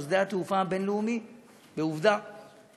שדה התעופה הבין-לאומי עובדה,